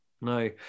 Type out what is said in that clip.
No